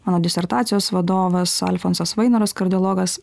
mano disertacijos vadovas alfonsas vainoras kardiologas